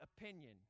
opinion